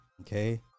okay